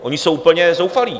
Oni jsou úplně zoufalí.